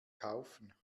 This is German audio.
kaufen